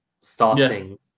starting